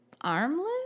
armless